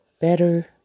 better